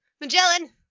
Magellan